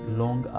long